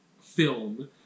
film